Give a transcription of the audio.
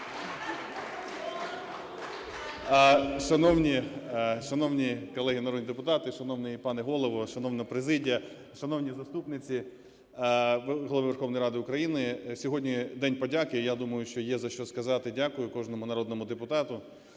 Шановні колеги народні депутати, шановний пане Голово, шановна президія, шановні заступниці Голови Верховної Ради України! Сьогодні день подяки. Я думаю, що є за що сказати "дякую" кожному народному депутату.